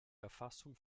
erfassung